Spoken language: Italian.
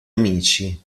amici